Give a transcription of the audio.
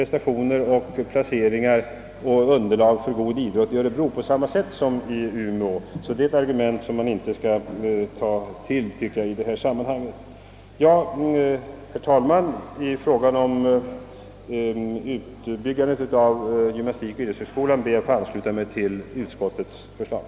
Dessutom finns det nog underlag för god idrott i Örebro på samma sätt som i Umeå. Det är alltså ett argument som knappast bör användas i detta sammanhang. Herr talman! I fråga om utbyggandet av gymnastikoch idrottshögskolan ber jag att få ansluta mig till utskottets förslag.